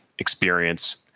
experience